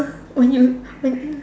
when you when